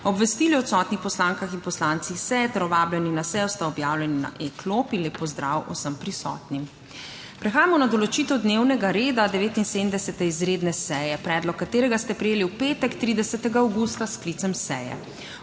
Obvestili odsotnih poslankah in poslancih seje ter vabljeni na sejo sta objavljeni na e-klopi. Lep pozdrav vsem prisotnim! Prehajamo na določitev dnevnega reda 79. izredne seje, predlog katerega ste prejeli v petek 30. avgusta s sklicem seje.